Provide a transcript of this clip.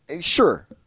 sure